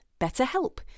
BetterHelp